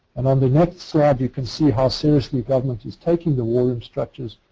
and on the next slide you can see how seriously government is taking the war room structures.